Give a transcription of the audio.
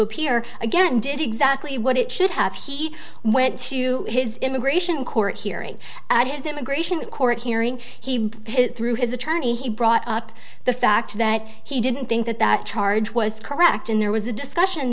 appear again did exactly what it should have he went to his immigration court hearing his immigration court hearing he through his attorney he brought up the fact that he didn't think that that charge was correct and there was a discussion